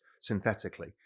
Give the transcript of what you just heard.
synthetically